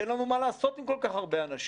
כי אין לנו מה לעשות עם כל כך הרבה אנשים?